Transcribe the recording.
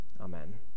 Amen